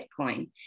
Bitcoin